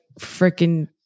freaking